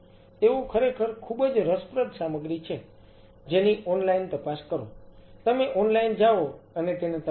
તેઓ ખરેખર ખૂબ જ રસપ્રદ સામગ્રી છે જેની ઓનલાઇન તપાસ કરો તમે ઓનલાઇન જાઓ અને તેને તપાસો